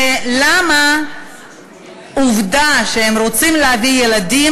ולמה העובדה שהם רוצים להביא ילדים